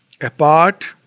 Apart